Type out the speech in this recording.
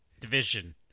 division